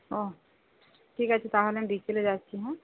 ও ঠিক আছে তাহলে আমি বিকেলে যাচ্ছি হ্যাঁ